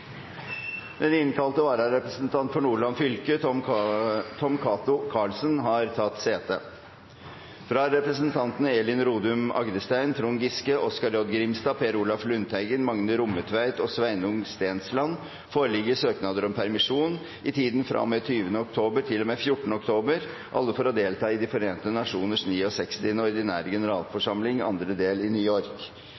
Den innkalte vararepresentant for Nordland fylke, Tom Cato Karlsen, har tatt sete. Fra representantene Elin Rodum Agdestein, Trond Giske, Oskar J. Grimstad, Per Olaf Lundteigen, Magne Rommetveit og Sveinung Stensland foreligger søknader om permisjon i tiden fra og med 20. oktober til og med 14. november – alle for å delta i De forente nasjoners 69. ordinære